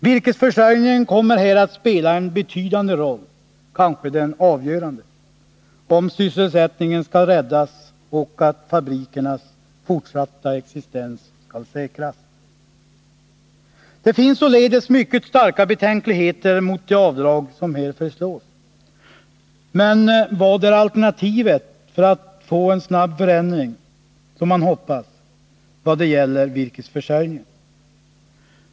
Virkesförsörjningen kommer här att spela en betydande roll, kanske den avgörande, om sysselsättningen skall räddas och fabrikernas fortsatta existens säkras. Det finns således mycket starka betänkligheter mot de avdrag som här föreslås. Men vad är alternativet för att få en som man hoppas snabb förändring vad gäller virkesförsörjningen?